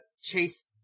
chase